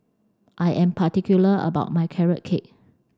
I am particular about my carrot cake